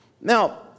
Now